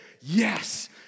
yes